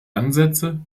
ansätze